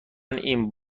این